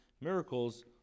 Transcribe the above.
miracles